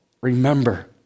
remember